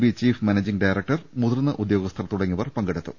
B chief managing director മുതിർന്ന ഉദ്യോഗസ്ഥർ തുടങ്ങിയവർ പങ്കെടുത്തു